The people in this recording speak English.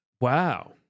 wow